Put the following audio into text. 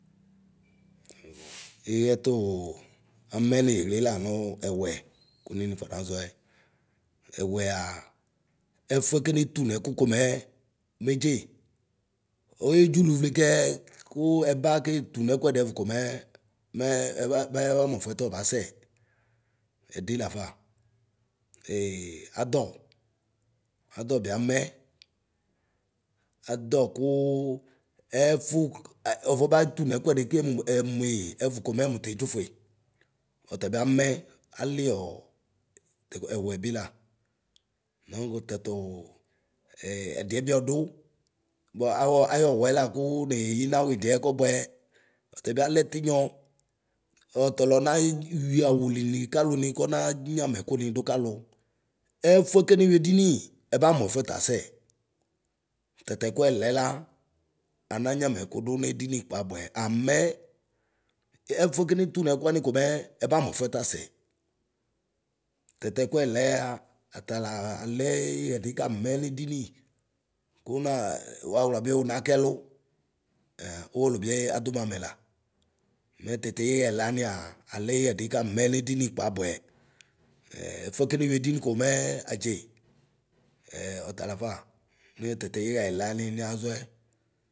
iƖɣɛ tuu amɛ nɩɣlɩ lanu ɛwɛ kuni nufɔnaʒɔɛ. Ɛωɛaa ɛfuɛ kenetu nekʋ komɛɛ medze. Oedzuluvle kɛɛ kuu ɛba ketu nɛkʋɛdɩɛvʋ komɛ mɛmɛɛbamɛɛ ɛnɔfʋɛ tɔbasɛ, ɛɖi lafa. adɔ, adɔ biamɛ. Adɔ kuu ɛvu ɔvɔbetu ηɛkʋɛdi kem ɛmui ɛvukɔ mɛmu tedzofue; ɔtabialɛ tiηyɔ. Ɔtɔlɔ newi awo nɩlɩnɩkalo nɩ kɔna nyama ɛkʋ nɩdu kalʋ. Ɛfʋɛ keneyuiedini ɛbamuɛfʋɛ tasɛ. Tatɛkuɛlɛ la ana nyamɛkudu nedini kpaabʋɛ amɛ ɛfuɛ Kenetu nɛkuani komɛ ɛta muɛfʋɛ tasɛ. Tatɛkuɛlɛa atala alɛ ɩɣɛdi kamɛ nedini ku naa ωuaʋɣla bi unakɛlʋ aa uwolu bi adumamɛla. Mɛ bitiɣaɛlaniaa, alɛ ɩɣɛdɩ kam nedini kpaabʋɛ ɛfuɛ keneyui edini komɛɛ adze. ɔtalafa nutatiɣa ɛlaɣa niyaʒɔɛ nuu ɩɣlɩ tala alɛɛ atamisu. Adɔ nɛwɛ ni ɩɩɣlɩ ɛdɩɛ talɛ didie la nɛwɛ. Ɛfue kenetu nɛkʋ komɛ o, mefusuido. Ɛɔ alɛ ɩɣɛdi kamɛ Kpaabʋɛ. Taminɛfʋɛ niɣli ta kɔɔ ɛyɔɛkʋlɛ nɩɣlɩ keyi ne tekele komɛ ooo mɛ ɛbatsiba muɛkʋɛ hŋ ɔta nadɔ ɛ enya nune ɛʋʋtsɔ komɛ anɛkua ɛbatsimu. Alɩɣɛdini kamɛ nɩɣlɩ kpaabʋɛ.